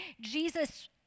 Jesus